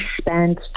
spent